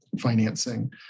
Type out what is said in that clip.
financing